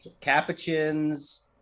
capuchins